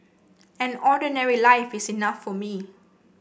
an ordinary life is enough for me